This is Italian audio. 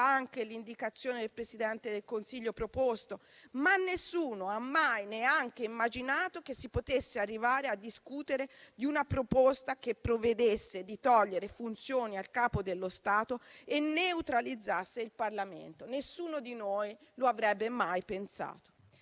anche l'indicazione del Presidente del Consiglio proposto. Tuttavia nessuno ha mai neanche immaginato che si potesse arrivare a discutere di una proposta che prevedesse di togliere funzioni al Capo dello Stato e neutralizzasse il Parlamento. Nessuno di noi lo avrebbe mai pensato.